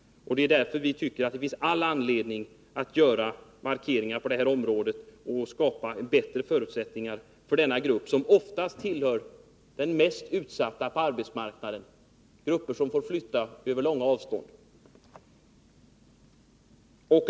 Därför tycker vi att det finns all anledning att göra markeringar på detta område och skapa bättre förutsättningar för denna grupp, som oftast tillhör de mest utsatta på arbetsmarknaden och som inte sällan får flytta långa sträckor.